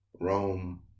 Rome